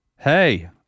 hey